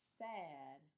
sad